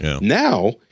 Now